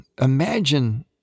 Imagine